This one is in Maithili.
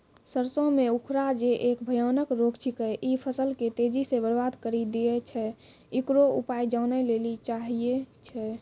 सरसों मे उखरा जे एक भयानक रोग छिकै, इ फसल के तेजी से बर्बाद करि दैय छैय, इकरो उपाय जाने लेली चाहेय छैय?